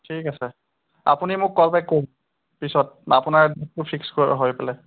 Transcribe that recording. ঠিক আছে আপুনি মোক কল বেক কৰিব পিছত আপোনাৰ ডে'টটো ফিক্স হৈ পেলাই